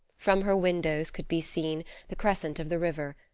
from her windows could be seen the crescent of the river,